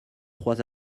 trois